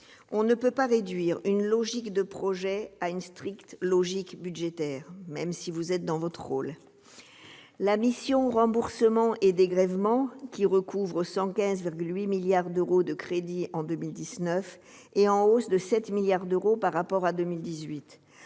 On ne peut pas réduire une logique de projet à une stricte logique budgétaire, même si, en agissant ainsi, le Gouvernement est dans son rôle. La mission « Remboursements et dégrèvements », qui recouvre 115,8 milliards d'euros de crédits en 2019, est en hausse de 7 milliards d'euros par rapport à 2018,